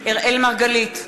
אראל מרגלית,